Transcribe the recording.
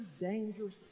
dangerous